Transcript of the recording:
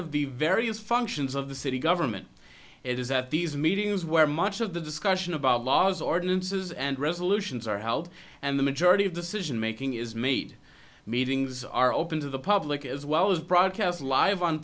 of the various functions of the city government it is at these meetings where much of the discussion about laws ordinances and resolutions are held and the majority of decision making is made meetings are open to the public as well as broadcast live on